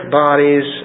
bodies